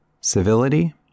civility